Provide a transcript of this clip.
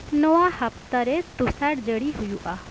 ᱱᱚᱣᱟ ᱦᱟᱯᱛᱟᱨᱮ ᱛᱩᱥᱟᱨ ᱡᱟᱹᱲᱤ ᱦᱩᱭᱩᱜᱼᱟ